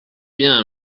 bien